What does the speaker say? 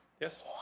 Yes